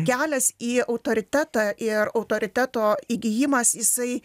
kelias į autoritetą ir autoriteto įgijimas jisai